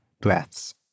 breaths